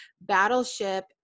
battleship